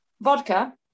Vodka